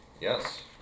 Yes